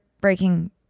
breaking